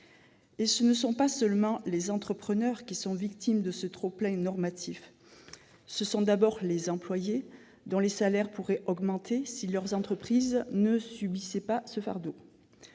Et ce ne sont pas seulement les entrepreneurs qui sont victimes de ce trop-plein normatif ! Ce sont d'abord les employés, dont les salaires pourraient augmenter si leurs entreprises ne subissaient pas un tel fardeau.